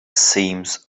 seems